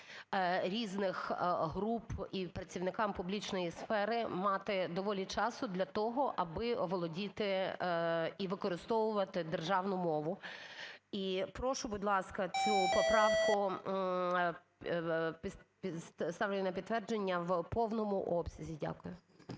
різних груп і працівникам публічної сфери мати доволі часу для того, аби володіти і використовувати державну мову. І прошу, будь ласка, цю поправку ставлю її на підтвердження в повному обсязі. Дякую.